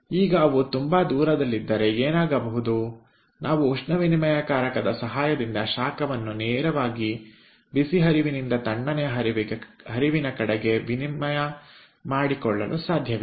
ಈಗ ಅವು ತುಂಬಾ ದೂರದಲ್ಲಿದ್ದರೆ ಏನಾಗಬಹುದು ನಾವು ಉಷ್ಣವಿನಿಮಯಕಾರಕದ ಸಹಾಯದಿಂದ ಶಾಖವನ್ನು ನೇರವಾಗಿ ಬಿಸಿ ಹರಿವಿನಿಂದ ತಣ್ಣನೆ ಹರಿವಿನ ಕಡೆಗೆ ವಿನಿಮಯ ಮಾಡಿಕೊಳ್ಳಲು ಸಾಧ್ಯವಿಲ್ಲ